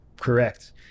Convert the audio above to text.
Correct